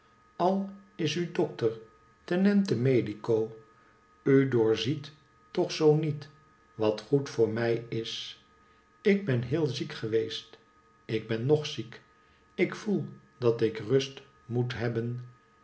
al is u dokter tenentemedico u doorziet toch zoo niet wat goed voor mij is ik ben heel ziek geweest ik ben nog ziek ik voel dat ik rust moet hebben